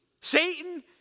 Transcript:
Satan